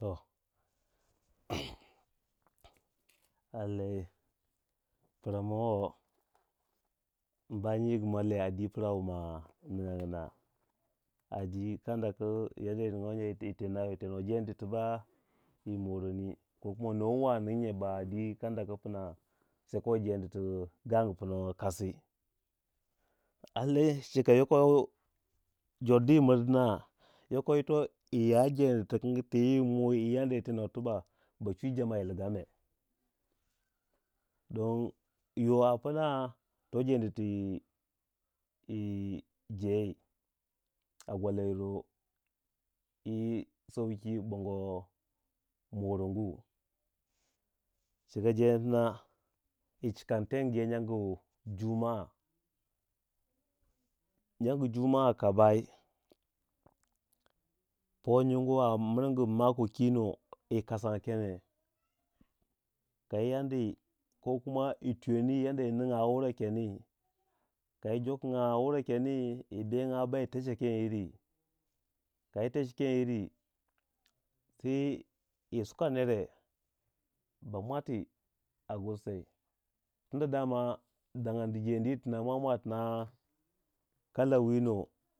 To lallai pramawo mba nyigu man leh adwi pra wu ma ningya nyina a dwi kadda ku yoko yi ninwo nye yi tenu we jedi tu ba yi moroni nuwa muwa ning nye ba sekuwai jeedi tu gangu pna kasi lallai. chika yoko jordu yi murdin yoko yito iya jendi tu kangi ti yi muyi yi anda yi tenuwe tibak ba chwi jama yi ligame ding yo a pna to jendi tu yi yi jei, a gwala yiro yi sauki a bongo morongu chika jendi tina yi cikan tengu you nyangu juma tengu you nyangu nyangu juma ka bayi po nyinguwai a miringu mako kino yi kasangya kene kayi yandi kokuma yi tuyoni anda yi nungya wura keni kayi jokonga wure keni yi bengya bayi techa kenyiri ka yi techi kenyiri se yi suka nere ba muwati a gursai tunda dangyadi jendi yirtina mwa- mwa tna kala wino